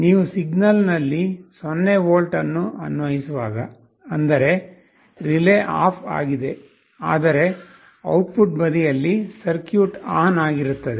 ನೀವು ಸಿಗ್ನಲ್ನಲ್ಲಿ 0 ವೋಲ್ಟ್ ಅನ್ನು ಅನ್ವಯಿಸುವಾಗ ಅಂದರೆ ರಿಲೇ ಆಫ್ ಆಗಿದೆ ಆದರೆ ಔಟ್ಪುಟ್ ಬದಿಯಲ್ಲಿ ಸರ್ಕ್ಯೂಟ್ ಆನ್ ಆಗಿರುತ್ತದೆ